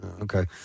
Okay